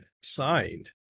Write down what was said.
signed